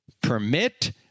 permit